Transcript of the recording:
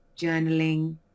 journaling